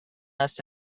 must